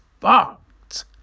fucked